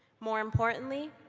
more importantly,